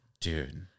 dude